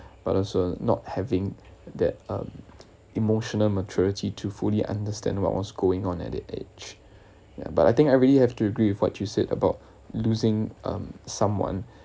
but also not having that um emotional maturity to fully understand what was going on at the age ya but I think I really have to agree with what you said about losing um someone